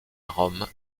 rome